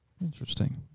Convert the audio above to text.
Interesting